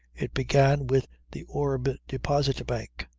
it began with the orb deposit bank.